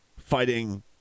fighting